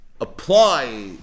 apply